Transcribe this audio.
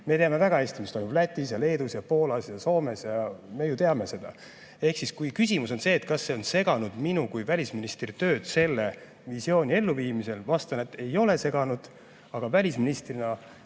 Me teame väga hästi, mis toimub Lätis ja Leedus ja Poolas ja Soomes. Me ju teame seda. Aga kui küsimus on see, kas see on seganud minu kui välisministri tööd meie visiooni elluviimisel, siis vastan, et ei ole seganud. Aga minu kui